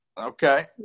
Okay